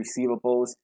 receivables